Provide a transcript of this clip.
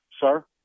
Sir